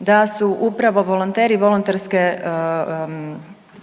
da su upravo volonteri i volonterske udruge